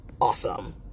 awesome